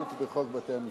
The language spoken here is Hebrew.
תיקון טעות בחוק בתי-המשפט.